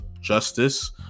justice